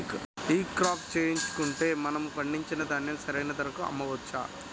ఈ క్రాప చేయించుకుంటే మనము పండించిన ధాన్యం సరైన ధరకు అమ్మవచ్చా?